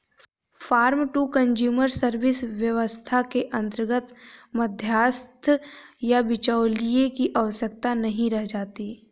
farmer to consumer service व्यवस्था के अंतर्गत मध्यस्थ या बिचौलिए की आवश्यकता नहीं रह जाती है